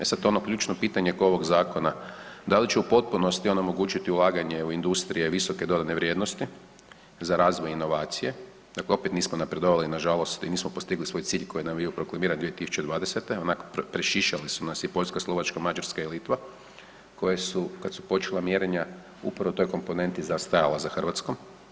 E sad ono ključno pitanje oko ovog zakona, da li će u potpunosti on omogućiti ulaganje u industrije visoke dodatne vrijednosti za razvoj inovacije, dakle opet nismo napredovali nažalost i nismo postigli svoj cilj koji nam je bio proklamiran 2020. onak prešišali su nas i Poljska, Slovačka, Mađarska i Litva koje su kad su počela mjerenja upravo u toj komponenti zaostajala za Hrvatskom.